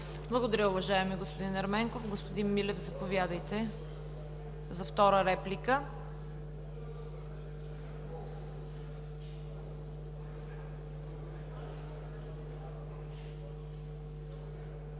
Благодаря, уважаеми господин Ерменков. Господин Милев, заповядайте за втора реплика.